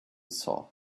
saw